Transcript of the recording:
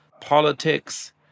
politics